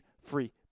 free